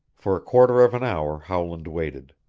for a quarter of an hour howland waited.